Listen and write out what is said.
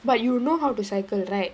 but you know how to cycle right